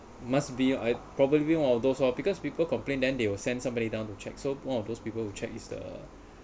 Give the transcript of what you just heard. must be probably one of those orh because people complain then they will send somebody down to check so one of those people who check is the